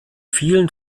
vielen